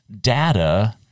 data